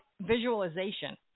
visualization